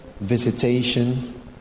visitation